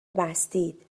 بستید